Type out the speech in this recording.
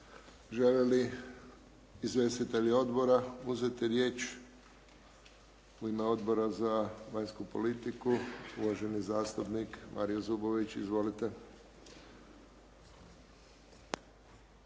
Žele li izvjestitelji odbora uzeti riječ? U ime Odbora za vanjsku politiku uvaženi zastupnik Mario Zubović. Izvolite.